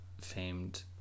famed